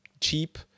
cheap